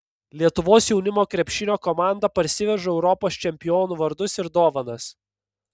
lietuvos jaunimo krepšinio komanda parsiveža europos čempionų vardus ir dovanas